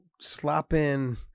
slapping